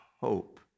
hope